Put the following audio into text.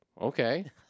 okay